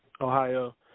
Ohio